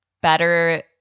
better